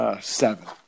seven